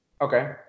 Okay